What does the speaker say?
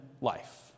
life